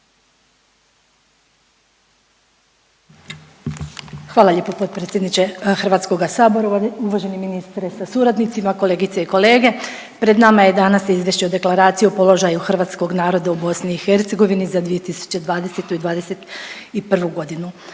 Hvala lijepo potpredsjedniče HS-a. Uvaženi ministre sa suradnicima, kolegice i kolege. Pred nama je Izvješće o Deklaraciji o položaju hrvatskog naroda u BiH za 2020. i '21.g.